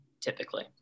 typically